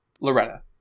Loretta